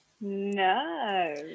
no